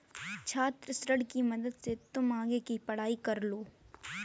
छात्र ऋण की मदद से तुम आगे की पढ़ाई कर लो